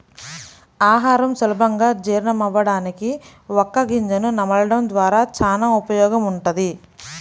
ఆహారం సులభంగా జీర్ణమవ్వడానికి వక్క గింజను నమలడం ద్వారా చానా ఉపయోగముంటది